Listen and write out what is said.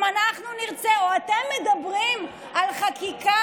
אם אנחנו נרצה או אתם מדברים על חקיקה